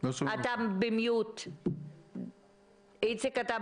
אני מבקשת, אמיר, תהיה